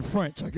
French